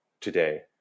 today